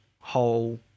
whole